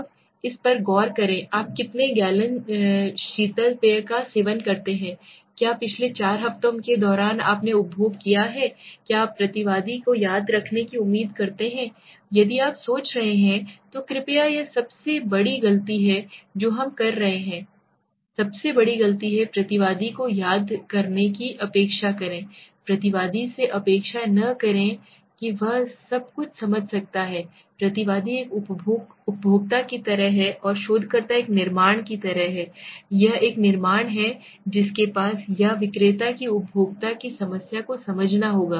अब इस पर गौर करें आप कितने गैलन शीतल पेय का सेवन करते हैं क्या पिछले चार हफ्तों के दौरान आपने उपभोग किया है क्या आप प्रतिवादी को याद रखने की उम्मीद करते हैं यदि आप सोच रहे हैं तो कृपया यह सबसे बड़ी गलती है जो हम कर रहे हैं सबसे बड़ी गलती है प्रतिवादी को याद रखने की अपेक्षा करें प्रतिवादी से अपेक्षा न करें कि वह सब कुछ समझ सकता है प्रतिवादी एक उपभोक्ता की तरह है और शोधकर्ता एक निर्माण की तरह है यह एक निर्माण हैजिसके पास या विक्रेता को उपभोक्ता की समस्या को समझना होगा